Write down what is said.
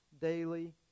daily